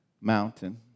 mountain